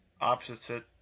opposite